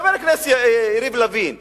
חבר הכנסת יריב לוין,